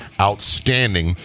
outstanding